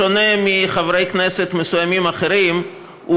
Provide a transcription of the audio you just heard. בשונה מחברי כנסת מסוימים אחרים, הוא